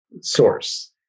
source